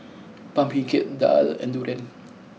Pumpkin Cake Daal and Durian